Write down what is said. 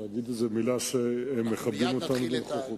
להגיד מלה על זה שהם מכבדים אותנו בנוכחותם.